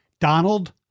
Donald